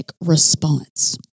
response